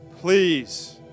Please